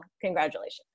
Congratulations